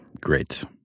Great